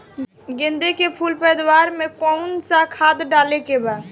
गेदे के फूल पैदवार मे काउन् सा खाद डाले के बा?